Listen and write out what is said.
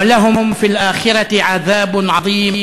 ובעולם הבא צפוי להם עונש כבד.